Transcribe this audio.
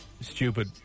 stupid